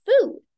food